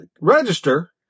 register